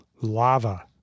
lava